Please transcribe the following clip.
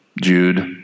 Jude